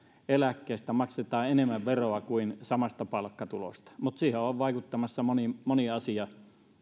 eläkkeestä maksetaan enemmän veroa kuin samasta palkkatulosta mutta siihen on on vaikuttamassa moni moni asia